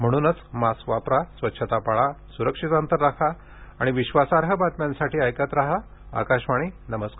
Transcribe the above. म्हणूनच मास्क वापरा स्वच्छता पाळा सुरक्षित अंतर राखा आणि विद्वासार्ह बातम्यांसाठी ऐकत राहा आकाशवाणी नमस्कार